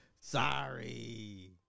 Sorry